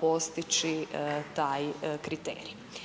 postići taj kriterij.